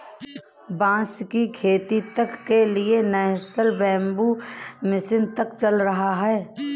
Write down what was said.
बांस की खेती तक के लिए नेशनल बैम्बू मिशन तक चल रहा है